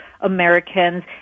Americans